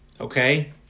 Okay